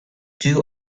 two